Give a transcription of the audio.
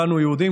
כולנו יהודים,